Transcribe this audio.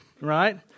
Right